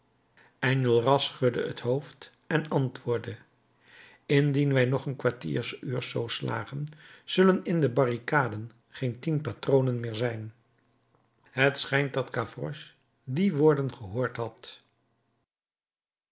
enjolras schudde het hoofd en antwoordde indien wij nog een kwartieruurs zoo slagen zullen in de barricaden geen tien patronen meer zijn het schijnt dat gavroche die woorden gehoord had